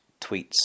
tweets